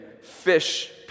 fish